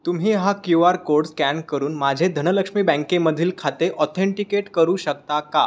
तुम्ही हा Q R code scan करून माझे धनलक्ष्मी बँकेमधील खाते ऑथेंटिकेट करू शकता का